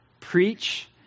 preach